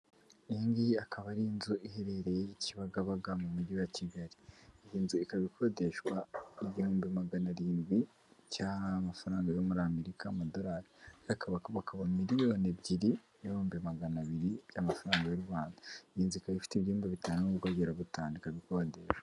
Iyi ngiyi akaba ari inzu iherereye kibagabaga mu mujyi wa Kigali. Iyi nzu ikaba ikodeshwa igihumbi magana arindwi cyangwa amafaranga yo muri Amerika, amadorari. akaba akabakaba miriyoni ebyiri n'ibibihumbi magana abiri y'amafaranga y'u Rwanda. Iyi nzu ikaba ifite ibyumba bitanu, n'ubwogero butanu, ikaba ikodeshwa.